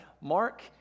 Mark